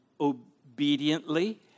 obediently